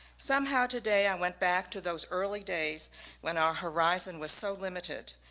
somehow today i went back to those early days when our horizon was so limited,